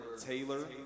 Taylor